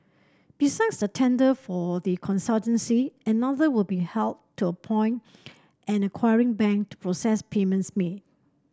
besides the tender for the consultancy another will be held to appoint an acquiring bank to process payments made